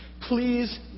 Please